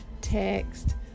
text